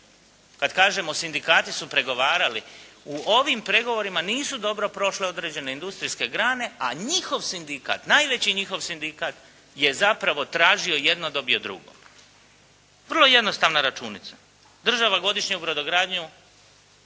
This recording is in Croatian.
Da kažemo sindikati su pregovarali. U ovim pregovorima nisu dobro prošle određene industrijske grane, a njihov sindikat, najveći njihov sindikat je zapravo tražio jedno a dobio drugo. Vrlo jednostavna računica. Država godišnje u brodogradnju